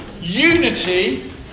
unity